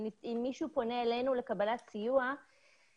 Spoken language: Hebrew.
אם מישהו פונה אלינו לקבלת סיוע,